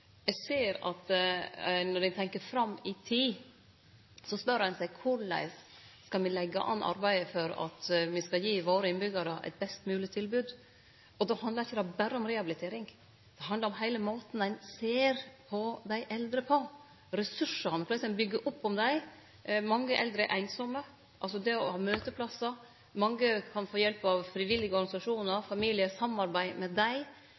Når ein tenkjer fram i tid, spør ein seg korleis me skal leggje an arbeidet for at me skal gi våre innbyggjarar eit best mogleg tilbod. Då handlar det ikkje berre om rehabilitering. Det handlar om heile måten ein ser på dei eldre på – på ressursane, f.eks. byggje opp om dei. Mange eldre er einsame, ein ser på det å ha møteplassar. Mange kan få hjelp av frivillige organisasjonar og familie, ein må samarbeide med dei.